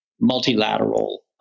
multilateral